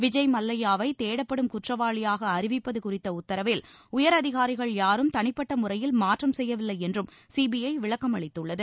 விஜய் மல்லையாவை தேடப்படும் குற்றவாளியாக அறிவிப்பது குறித்த உத்தரவில் உயர் அதிகாரிகள் யாரும் தனிப்பட்ட முறையில் மாற்றம் செய்யவில்லை என்றும் சிபிஐ விளக்கமளித்துள்ளது